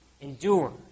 endure